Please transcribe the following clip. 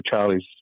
Charlie's